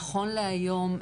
נכון להיום,